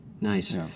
nice